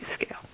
scale